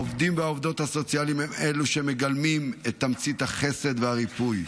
העובדים והעובדות הסוציאליים הם אלה שמגלמים את תמצית החסד והריפוי.